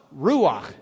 ruach